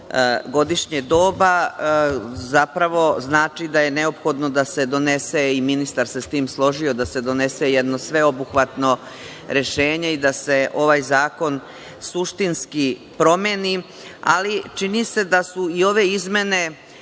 godišnje doba, zapravo znači da je neophodno da se donese, i ministar se sa tim složio, jedno sveobuhvatno rešenje i da se ovaj zakona suštinski promeni, ali čini se da su i ove izmene